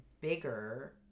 bigger